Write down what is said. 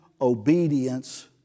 obedience